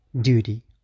Duty